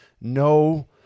no